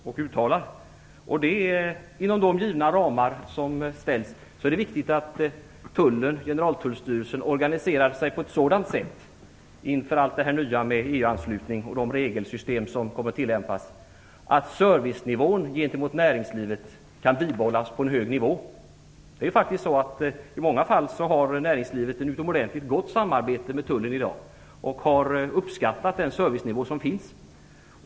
Inom de givna ramar som ställs upp är det viktigt att Generaltullstyrelsen organiserar sig på ett sådant sätt inför allt det nya - EU-anslutning och de regelsystem som kommer att tillämpas - att servicenivån gentemot näringslivet kan bibehållas på en hög nivå. I många fall har faktiskt näringslivet ett utomordentligt gott samarbete med tullen i dag och man uppskattar den servicenivå som finns.